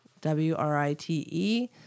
w-r-i-t-e